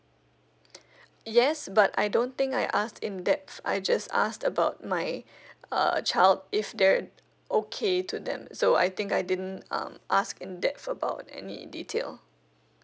yes but I don't think I asked in depth I just asked about my uh child if they okay to them so I think I didn't um ask in depth about any detail